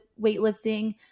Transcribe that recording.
weightlifting